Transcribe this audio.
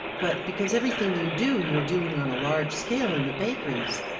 but because, everything you do, you're doing on a large scale in the bakeries,